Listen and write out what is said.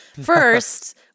First